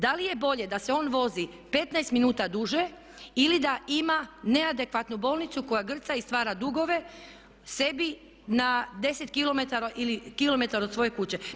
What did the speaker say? Da li je bolje da se on vozi 15 minuta duže ili da ima neadekvatnu bolnicu koja grca i stvara dugove sebi na 10 km ili kilometar od svoje kuće.